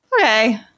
Okay